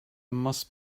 must